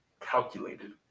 calculated